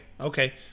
okay